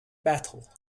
battle